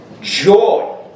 Joy